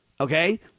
Okay